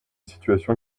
situation